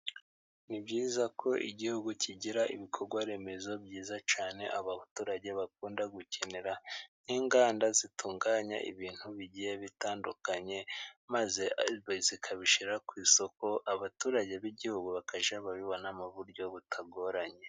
Ni byiza ko igihugu kigira ibikorwa remezo byiza cyane, abaturage bakunda gukenera; nk'inganda zitunganya ibintu bigiye bitandukanye, maze zikabishyira ku isoko abaturage b'igihugu bakajya babibona mu buryo butagoranye.